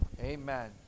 amen